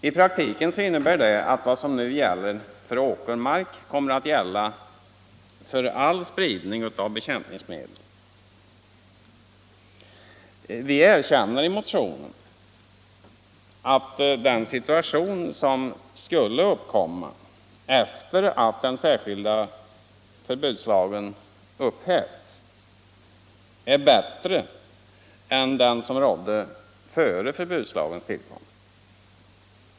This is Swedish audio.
I praktiken innebär det att vad som nu gäller för åkermark kommer att gälla för all spridning av bekämpningsmedel. Vi erkänner i motionen att den situation som skulle uppstå efter det att den särskilda förbudslagen upphävts är bättre än den som rådde före förbudslagens tillkomst.